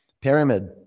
pyramid